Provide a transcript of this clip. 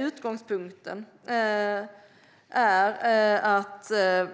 Utgångspunkten är att ett